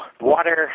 water